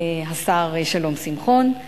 השר שלום שמחון,